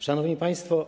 Szanowni Państwo!